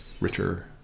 richer